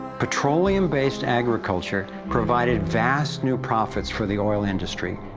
petroleum-based agriculture provided vast new profits for the oil industry,